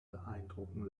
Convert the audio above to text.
beeindrucken